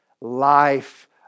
life